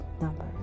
number